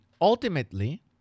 ultimately